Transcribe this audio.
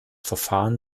verfahren